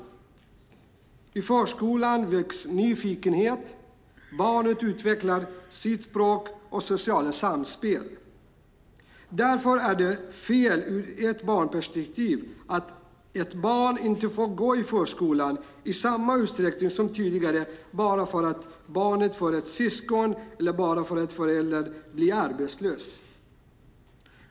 I förskolan väcks nyfikenhet och barnet utvecklar sitt språk och sociala samspel. Därför är det fel ur ett barnperspektiv att ett barn inte får gå i förskolan i samma utsträckning som tidigare bara för att barnet får ett syskon eller för att föräldern blir arbetslös.